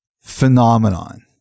phenomenon